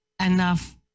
enough